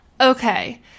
Okay